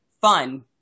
fun